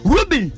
Ruby